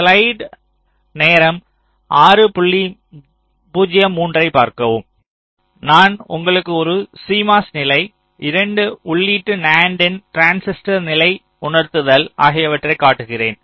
slide நேரத்தைப் பார்க்கவும் 0603 நான் உங்களுக்கு ஒரு CMOS நிலை 2 உள்ளீட்டு நண்ட் இன் டிரான்சிஸ்டர் நிலை உணர்தல் ஆகியவற்றைக் காட்டுகிறேன்